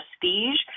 prestige